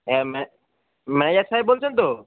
হ্যাঁ ম ম্যানেজার সাহেব বলছেন তো